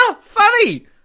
funny